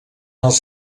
els